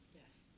Yes